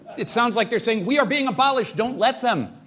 it sounds like they're saying, we are being abolished. don't let them.